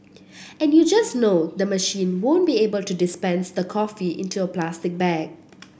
and you just know the machine won't be able to dispense the coffee into a plastic bag